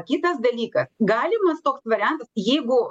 kitas dalykas galimas toks variantas jeigu